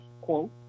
Quote